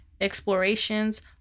explorations